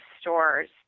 stores